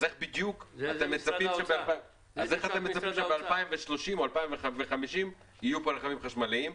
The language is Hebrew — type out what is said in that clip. אז איך בדיוק אתם מצפים שב-2030 או 2050 יהיו פה רכבים חשמליים?